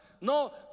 No